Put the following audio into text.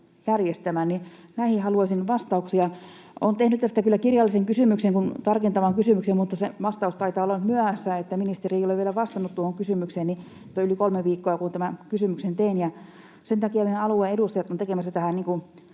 järjestämään. Näihin haluaisin vastauksia. Olen tehnyt tästä kyllä kirjallisen kysymyksen, tarkentavan kysymyksen, mutta sen vastaus taitaa olla nyt myöhässä. Ministeri ei ole vielä vastannut tuohon kysymykseen — tästä on yli kolme viikkoa, kun tämän kysymyksen tein — ja sen takia meidän alueen edustajat ovat tekemässä